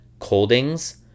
Coldings